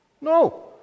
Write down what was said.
No